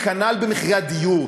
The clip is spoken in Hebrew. כנ"ל במחירי הדיור.